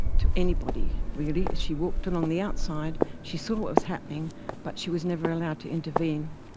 to anybody really. she walked along the outside. she saw what was happening but she was never allowed to intervene.